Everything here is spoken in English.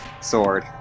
sword